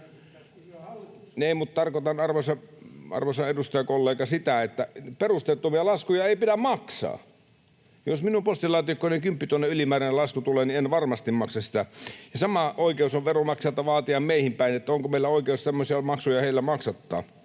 tarkoitan, arvoisa edustajakollega, sitä, että perusteettomia laskuja ei pidä maksaa. — Jos minun postilaatikkooni kymppitonnin ylimääräinen lasku tulee, niin en varmasti maksa sitä. Ja sama oikeus on veronmaksajilla vaatia meihin päin, onko meillä oikeus semmoisia maksuja heillä maksattaa.